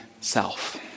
self